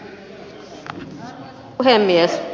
arvoisa puhemies